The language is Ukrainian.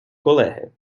колеги